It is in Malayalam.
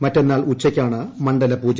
മറ്റെന്നാൾ ഉച്ചയ്ക്കാണ് മണ്ഡല പൂജ